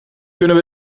kunnen